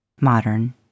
modern